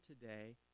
today